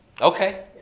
Okay